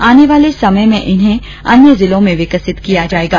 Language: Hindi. आने वाले समय में इन्हें अन्य जिलों में विकसित किया जायेगा